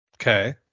Okay